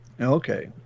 okay